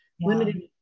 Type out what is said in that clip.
limited